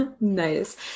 nice